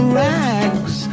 rags